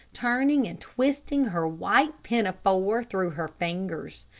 turning and twisting her white pinafore through her fingers.